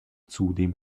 zudem